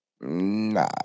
nah